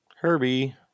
Herbie